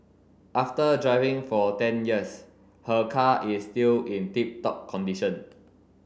after driving for ten years her car is still in tip top condition